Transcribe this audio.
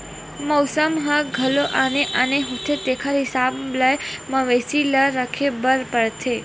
मउसम ह घलो आने आने होथे तेखर हिसाब ले मवेशी ल राखे बर परथे